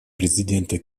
президента